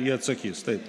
jie atsakys taip